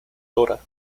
dra